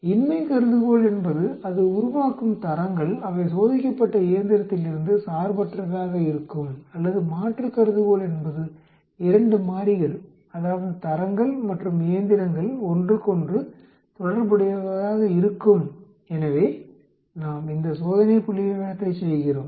இன்மை கருதுகோள் என்பது அது உருவாக்கும் தரங்கள் அவை சோதிக்கப்பட்ட இயந்திரத்திலிருந்து சார்பற்றவையாக இருக்கும் அல்லது மாற்று கருதுகோள் என்பது இரண்டு மாறிகள் அதாவது தரங்கள் மற்றும் இயந்திரங்கள் ஒன்றுக்கொன்று தொடர்புடையவையாக இருக்கும் எனவே நாம் இந்த சோதனை புள்ளிவிவரத்தைச் செய்கிறோம்